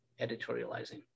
editorializing